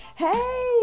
Hey